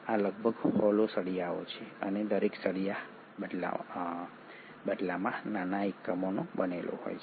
આ લગભગ હોલો સળિયાઓ છે અને દરેક સળિયા બદલામાં નાના એકમોનો બનેલો હોય છે